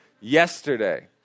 yesterday